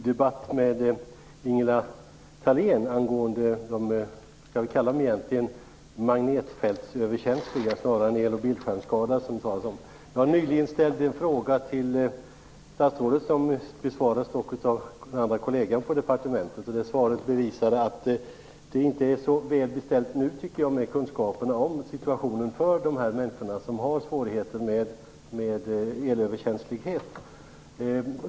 Herr talman! Jag hade förra året en debatt med Ingela Thalén angående de magnetfältsöverkänsliga, de som brukar omtalas som bildskärmsskadade. Jag har nyligen ställt en fråga till statsrådet, som dock besvarades av kollegan på departementet. Det svaret visade på att det nu inte är så väl beställt med kunskaperna om situationen för de här människorna, som har svårigheter med elöverkänslighet.